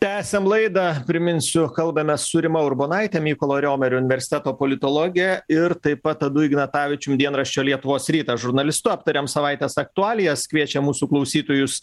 tęsiam laidą priminsiu kalbamės su rima urbonaite mykolo riomerio universiteto politologe ir taip pat tadu ignatavičiumi dienraščio lietuvos rytas žurnalistu aptariam savaitės aktualijas kviečiam mūsų klausytojus